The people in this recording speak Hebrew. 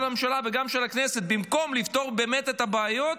הממשלה וגם של הכנסת במקום לפתור באמת את הבעיות,